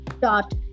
dot